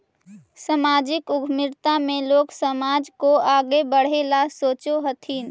सामाजिक उद्यमिता में लोग समाज को आगे बढ़े ला सोचा हथीन